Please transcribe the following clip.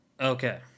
Okay